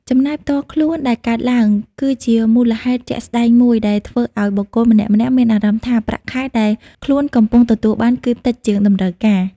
ចំណាយផ្ទាល់ខ្លួនដែលកើនឡើង គឺជាមូលហេតុជាក់ស្តែងមួយដែលធ្វើឲ្យបុគ្គលម្នាក់ៗមានអារម្មណ៍ថាប្រាក់ខែដែលខ្លួនកំពុងទទួលបានគឺតិចជាងតម្រូវការ។